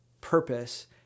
purpose